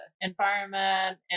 environment